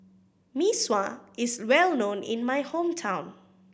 Mee Sua is well known in my hometown